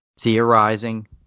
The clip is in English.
theorizing